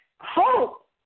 Hope